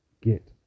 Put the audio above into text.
get